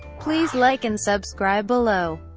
please like and subscribe below.